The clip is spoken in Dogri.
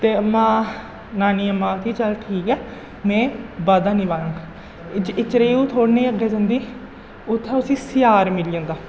ते अम्मा नानी अम्मा आखदी चल ठीक ऐ में वादा निभांग इचरै गी ओह् थोह्ड़ी नेही अग्गें जंदी उत्थै उसी सियार मिली जंदा